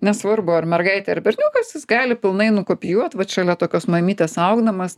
nesvarbu ar mergaitė ar berniukas jis gali pilnai nukopijuot vat šalia tokios mamytės augdamas